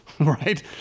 Right